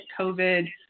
COVID